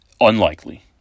unlikely